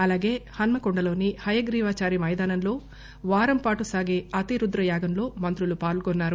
అలాగే హన్మకొండలోని హయగ్రీవాచారి మైదానంలో వారంపాటు సాగే అతిరుద్ర యాగంలో మంత్రులు పాల్గొన్సారు